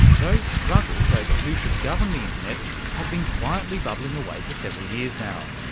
those struggles over who should govern the internet have been quietly bubbling away for several years now.